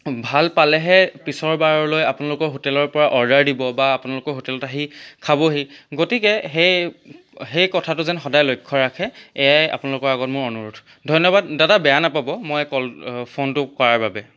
ভাল পালেহে পিছৰবাৰলৈ আপোনলোকৰ হোটেলৰ পৰা অৰ্ডাৰ দিব বা আপোনালোকৰ হোটেলত আহি খাবহি গতিকে সেই সেই কথাটো যেন সদাই লক্ষ্য ৰাখে এয়াই আপোনালোকৰ আগত মোৰ অনুৰোধ ধন্যবাদ দাদা বেয়া নাপাব মই কল ফোনটো কৰাৰ বাবে